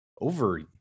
over